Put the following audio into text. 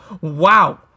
Wow